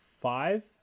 five